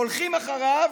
הולכים אחריו